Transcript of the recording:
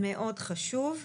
מאוד חשוב.